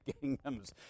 kingdoms